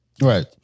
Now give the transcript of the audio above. Right